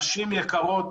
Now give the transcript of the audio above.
נשים יקרות,